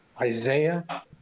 Isaiah